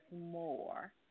More